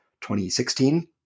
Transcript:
2016